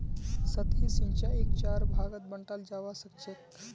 सतही सिंचाईक चार भागत बंटाल जाबा सखछेक